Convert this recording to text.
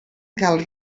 cal